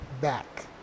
back